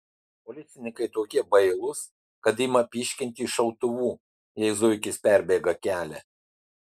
policininkai tokie bailūs kad ima pyškinti iš šautuvų jei zuikis perbėga kelią